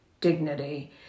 dignity